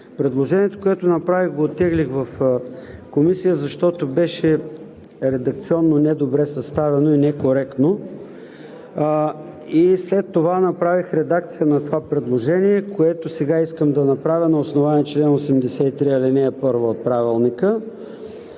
Предложението, което направих, го оттеглих в Комисията, защото беше редакционно недобре съставено и некоректно. След това направих редакция на това предложение, което сега искам да направя на основание чл. 83, ал. 1 от Правилника,